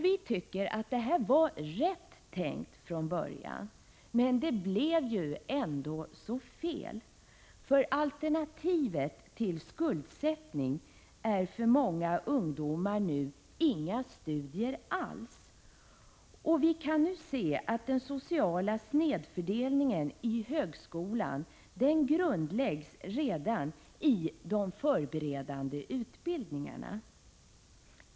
Vi tycker att detta var rätt tänkt från början, men det blev ändå så fel, för alternativet till skuldsättning är för många ungdomar nu inga studier alls. Vi kan nu se att den sociala snedfördelningen i högskolan grundläggs redan i de förberedande utbildningarna.